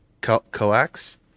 coax